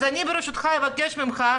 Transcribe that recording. אני, ברשותך, אבקש ממך,